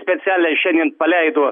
specialiai šiandien paleido